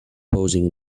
posing